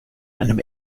einem